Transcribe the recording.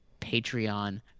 Patreon